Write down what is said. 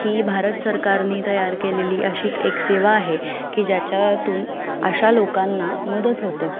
ही भारत सरकारने तयार केलेली अशीच एक सेवा आहे की ज्याच्यातून अशा लोकांना मदत होतं